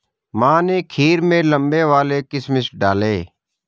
माँ ने खीर में लंबे वाले किशमिश डाले